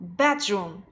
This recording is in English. bedroom